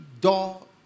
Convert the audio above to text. door